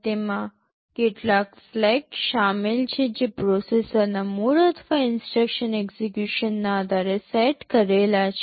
તેમાં કેટલાક ફ્લેગ શામેલ છે જે પ્રોસેસરના મોડ અથવા ઇન્સટ્રક્શન એક્સેકયુશનના આધારે સેટ કરેલા છે